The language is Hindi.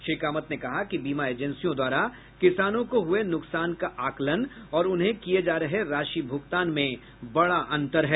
श्री कामत ने कहा कि बीमा एजेसियों द्वारा किसानों को हुए नुकसान का आकलन और उन्हें किये जा रहे राशि भुगतान में बड़ा अंतर है